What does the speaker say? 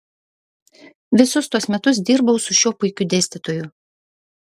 visus tuos metus dirbau su šiuo puikiu dėstytoju